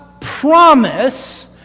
promise